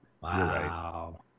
Wow